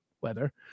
weather